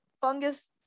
fungus